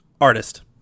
Artist